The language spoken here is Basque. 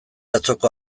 atzoko